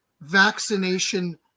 vaccination